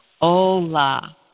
hola